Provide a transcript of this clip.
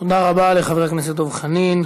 תודה רבה לחבר הכנסת דב חנין.